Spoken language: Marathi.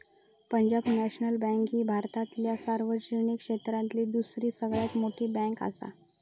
पंजाब नॅशनल बँक ही भारतातल्या सार्वजनिक क्षेत्रातली दुसरी सगळ्यात मोठी बँकआसा